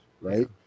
right